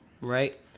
right